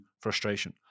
frustration